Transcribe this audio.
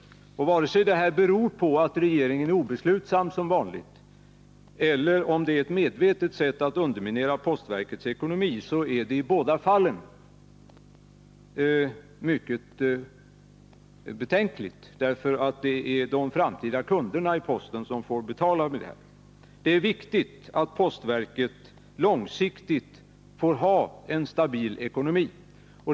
Vare sig detta är ett uttryck för att regeringen som vanligt är obeslutsam eller det är ett medvetet sätt att underminera postverkets ekonomi är det i båda fallen mycket beklagligt. Det är nämligen postens framtida kunder som får betala. Det är viktigt att postverket långsiktigt får ha en stabil ekonomi.